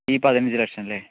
ഈ പതിനഞ്ച് ലക്ഷമല്ലെ